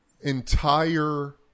entire